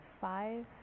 five